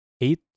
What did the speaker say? eight